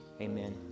Amen